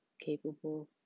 capable